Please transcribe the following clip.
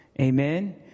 Amen